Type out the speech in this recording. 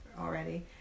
already